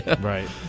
Right